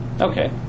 Okay